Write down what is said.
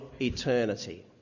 eternity